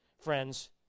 friends